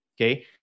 Okay